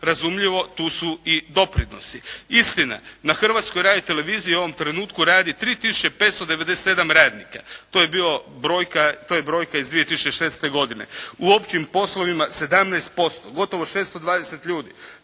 Razumljivo tu su i doprinosi. Istina, na Hrvatskoj radioteleviziji u ovom trenutku radi 3 tisuće 597 radnika. To je brojka iz 2006. godine. U općim poslovima 17%. Gotovo 620 ljudi.